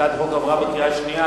הצעת החוק עברה בקריאה שנייה.